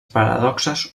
paradoxes